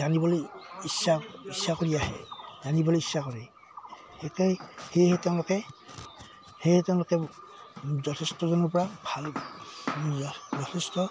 জানিবলৈ ইচ্ছা ইচ্ছা কৰি আহে জানিবলৈ ইচ্ছা কৰে সেয়ে সেয়েহে তেওঁলোকে সেয়েহে তেওঁলোকে যথেষ্টজনৰপৰা ভাল যথেষ্ট